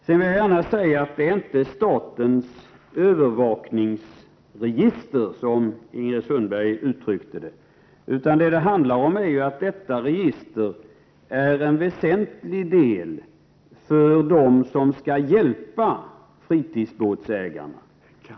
Jag vill också säga att det inte handlar om statens övervakningsregister, som Ingrid Sundberg uttryckte det. Detta register är en väsentlig del för dem som skall hjälpa fritidsbåtsägarna.